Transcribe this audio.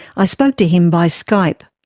i spoke to him by skype.